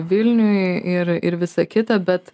vilniui ir ir visa kita bet